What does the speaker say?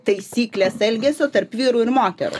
taisyklės elgesio tarp vyrų ir moterų